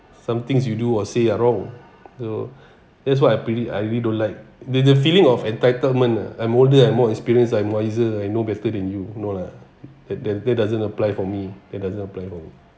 somethings you do or say are wrong so that's what I pretty I really don't like the the feeling of entitlement ah I'm older I'm more experienced I'm wiser I know better than you no lah that that that doesn't apply for me that doesn't apply for me